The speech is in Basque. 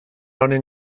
honen